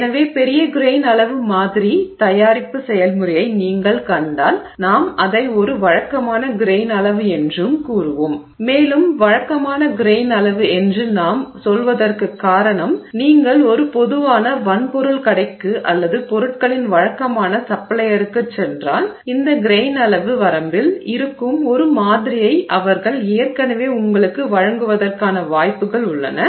எனவே பெரிய கிரெய்ன் அளவு மாதிரி தயாரிப்பு செயல்முறையை நீங்கள் கண்டால் நாம் அதை ஒரு வழக்கமான கிரெய்ன் அளவு என்றும் கூறுவோம் மேலும் வழக்கமான கிரெய்ன் அளவு என்று நாம் சொல்வதற்குக் காரணம் நீங்கள் ஒரு பொதுவான வன்பொருள் கடைக்கு அல்லது பொருட்களின் வழக்கமான சப்ளையருக்குச் சென்றால் இந்த கிரெய்ன் அளவு வரம்பில் இருக்கும் ஒரு மாதிரியை அவர்கள் ஏற்கனவே உங்களுக்கு வழங்குவதற்கான வாய்ப்புகள் உள்ளன